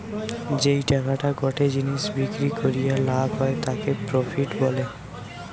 যেই টাকাটা গটে জিনিস বিক্রি করিয়া লাভ হয় তাকে প্রফিট বলে